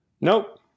Nope